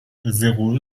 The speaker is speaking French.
zéro